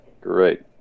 Great